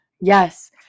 Yes